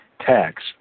tax